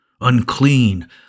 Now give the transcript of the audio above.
Unclean